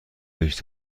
هیچ